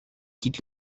quitte